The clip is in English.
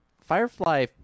Firefly